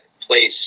place